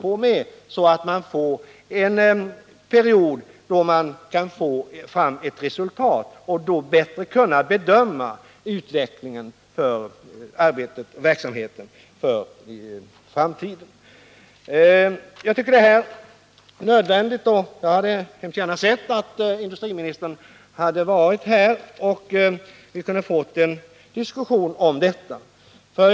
Det blir i så fall en period då man kan få fram ett resultat och bättre kan bedöma utvecklingen av verksamheten för framtiden. Jag tycker att det är nödvändigt att framhålla dessa saker. och jag har naturligtvis gärna sett att industriministern varit närvarande. så att vi hade kunnat få en diskussion om just detta.